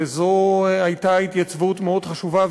וזו הייתה התייצבות מאוד חשובה,